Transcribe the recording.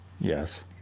Yes